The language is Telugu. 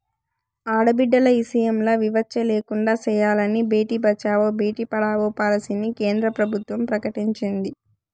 ఆడబిడ్డల ఇసయంల వివచ్చ లేకుండా సెయ్యాలని బేటి బచావో, బేటీ పడావో పాలసీని కేంద్ర ప్రభుత్వం ప్రకటించింది